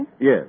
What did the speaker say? Yes